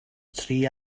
tri